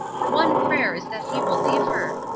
her one prayer is that he will leave her.